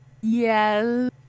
yes